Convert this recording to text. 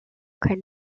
keinen